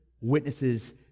witnesses